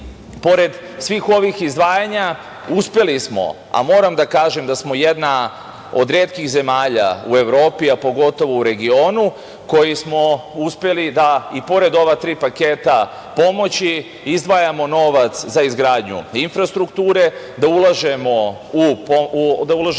svih ovih izdvajanja, uspeli smo, a moram da kažem da smo jedna od retkih zemalja u Evropi, a pogotovo u regionu, koji smo uspeli da, pored ova tri paketa pomoći, izdvajamo novac za izgradnju infrastrukture, da ulažemo u